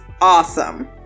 awesome